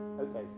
Okay